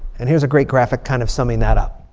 and here's a great graphic kind of summing that up.